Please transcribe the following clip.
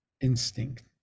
instinct